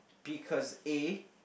because a